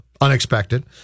unexpected